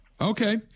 Okay